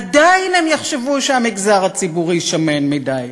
עדיין הם יחשבו שהמגזר הציבורי שמן מדי,